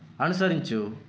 అనుసరించు